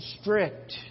strict